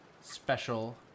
special